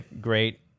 great